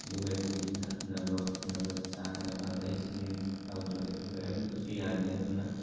ꯑꯗꯨꯒ ꯑꯩꯈꯣꯏꯒꯤ ꯊꯛꯅꯕ ꯈꯣꯠꯅꯕ ꯆꯥꯅꯕ ꯑꯗꯨꯗꯩ ꯏꯁꯤꯡ ꯌꯥꯎꯗ꯭ꯔꯒꯗꯤ ꯀꯔꯤꯝꯇꯁꯨ ꯌꯥꯗꯦ ꯑꯗꯨꯅ